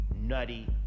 nutty